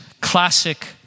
classic